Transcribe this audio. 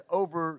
over